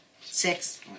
six